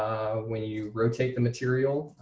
when you rotate the material,